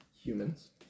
humans